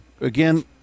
Again